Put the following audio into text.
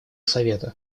совета